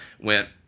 went